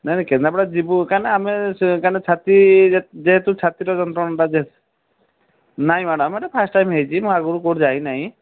ନା ନା କେନ୍ଦ୍ରାପଡ଼ା ଯିବୁ କାଇଁନା ଆମେ ସେ ଛାତି ଛାତିର ଯନ୍ତ୍ରଣାଟା ଯେହେତୁ ନାଇଁ ମ୍ୟାଡ଼ମ୍ ଏଇଟା ଫାଷ୍ଟ ଟାଇମ୍ ହେଇଛି ମୁଁ ଆଗରୁ କେଉଁଠି ଯାଇନାହିଁ